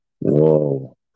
Whoa